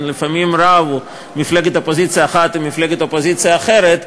לפעמים רבה מפלגת אופוזיציה אחת עם מפלגת אופוזיציה אחרת,